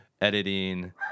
editing